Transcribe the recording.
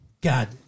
God